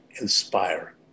inspire